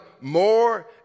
more